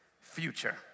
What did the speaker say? future